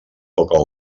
poca